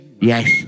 Yes